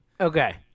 Okay